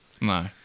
No